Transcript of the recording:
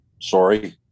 Sorry